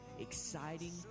exciting